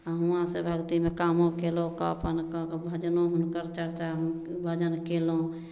आ हुआँ से भक्तिमे कामो केलहुॅं कऽ अपन कऽ कऽ भजनो हुनकर चर्चा हुन भजन केलहुॅं